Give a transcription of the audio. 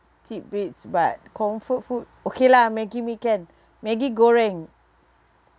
tidbits but comfort food okay lah maggi mee can maggi goreng